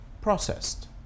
processed